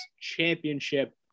championship